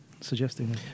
suggesting